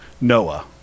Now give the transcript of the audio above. Noah